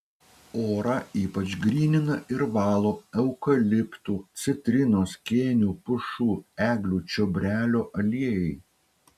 orą ypač grynina ir valo eukaliptų citrinos kėnių pušų eglių čiobrelio aliejai